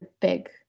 big